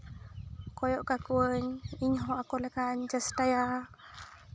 ᱠᱚᱭᱚᱜ ᱠᱟᱠᱚᱣᱟᱧ ᱤᱧᱦᱚᱸ ᱟᱠᱚ ᱞᱮᱠᱟᱧ ᱪᱮᱥᱴᱟᱭᱟ